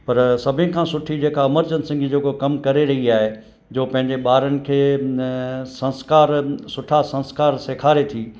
पर सभिनि खां सुठी जेका अमरचंद सिंह जेको कम करे रही आहे जो पंहिंजे ॿारनि खे संस्कार सुठा संस्कार सेखारे थी